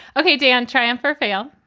okay. dan, triumph or fail,